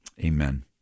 Amen